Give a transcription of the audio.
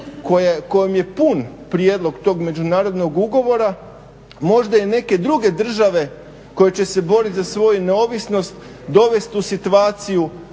kojom je pun prijedlog tog međunarodnog ugovora možda i neke druge države koje će boriti za svoju neovisnost dovest u situaciju